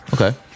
Okay